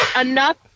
enough